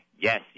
Yes